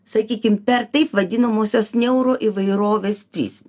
sakykim per taip vadinamosios niauro įvairovės prizmę